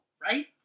right